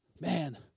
Man